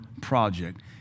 project